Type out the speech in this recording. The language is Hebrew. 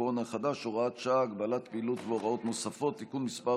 הקורונה החדש (הוראת שעה) (הגבלת פעילות והוראות נוספות) (תיקון מס'